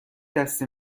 دسته